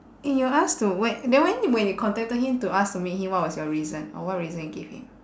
eh you ask to whe~ then when when you contacted him to ask to meet him what was your reason or what reason you gave him